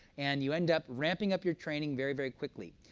and you end up ramping up your training very, very quickly.